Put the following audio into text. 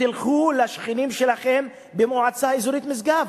תלכו לשכנים שלכם במועצה אזורית משגב